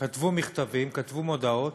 כתבו מכתבים, כתבו מודעות,